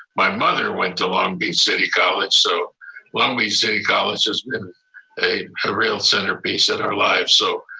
my mother went to long beach city college. so long beach city college has been a real centerpiece in our lives. so,